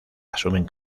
asumen